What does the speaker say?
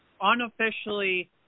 unofficially